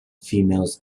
females